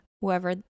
whoever